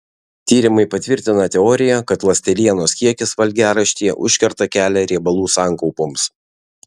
tyrimai patvirtina teoriją kad ląstelienos kiekis valgiaraštyje užkerta kelią riebalų sankaupoms